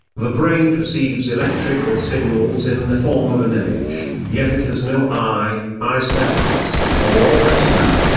the brain perceives electrical signals in the form of an image, yet it has no eye, eye cells, or retina.